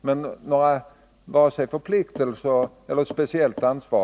Men det finns inte vare sig några förpliktelser eller något speciellt ansvar.